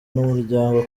n’umuryango